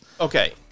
okay